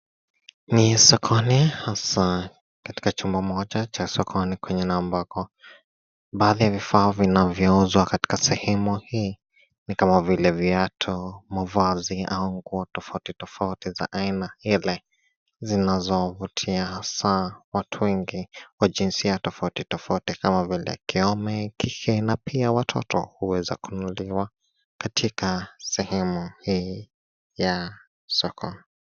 Ni sokoni hasa katika chumba moja cha sokoni kwenya na ambako baadhi ya vifaa vinavyouzwa katika sehemu hii ni kama vile viatu, mavazi au nguo tofauti tofauti za aina aina ile zinazovutia hasa watu wengi wa jisia tofauti tofauti kama vile kiome kike na pia watoto huweza kunuliwa katika sehemu hii ya soko.